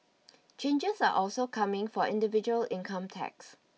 changes are also coming for individual income tax